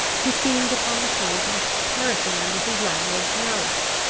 who seemed upon the point of perishing under his landlord's malice.